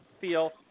feel